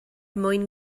mwyn